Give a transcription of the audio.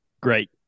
Great